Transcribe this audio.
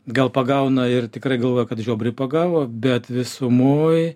gal pagauna ir tikrai galvoja kad žiobrį pagavo bet visumoj